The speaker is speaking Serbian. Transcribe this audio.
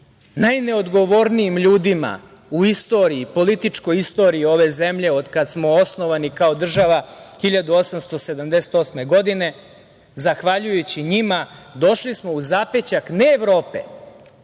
najneodgovornijim ljudima u političkoj istoriji ove zemlje, od kada smo osnovani kao država, 1878. godine, zahvaljujući njima, došli smo u zapećak ne Evrope,